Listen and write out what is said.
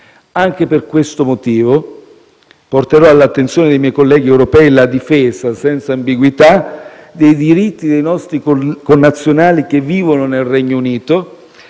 Anche per questo motivo porterò all'attenzione dei miei colleghi europei la difesa senza ambiguità dei diritti dei nostri connazionali che vivono nel Regno Unito